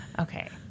Okay